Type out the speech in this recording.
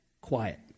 quiet